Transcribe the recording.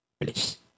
please